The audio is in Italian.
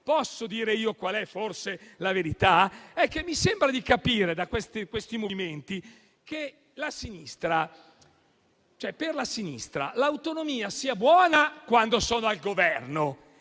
posso dire io qual è forse la verità, mi sembra di capire da questi movimenti che per la sinistra l'autonomia è buona quando è al Governo